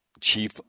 Chief